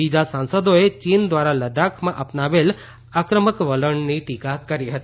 બીજા સાંસદોએ ચીન ધ્વારા લદાખમાં અપનાવાયેલ આક્રમક વલણની ટીકા કરી હતી